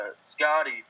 Scotty